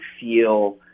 feel